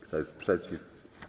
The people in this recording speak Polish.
Kto jest przeciw?